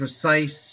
precise